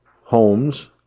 homes